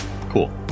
cool